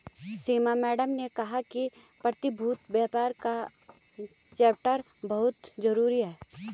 सीमा madam ने कहा कि प्रतिभूति व्यापार का चैप्टर बहुत जरूरी है